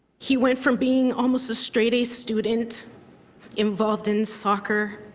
he went from being almost a straight a student involved in soccer,